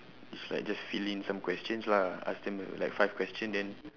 it's like just fill in some questions lah ask them like five question then